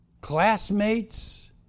Classmates